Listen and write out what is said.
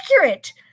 accurate